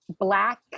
black